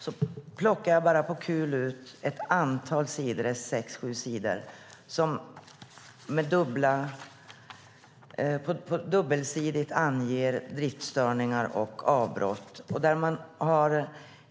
Jag har på kul plockat ut ett antal sidor - sex sju dubbelsidiga papper - som anger driftstörningar och avbrott.